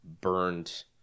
burned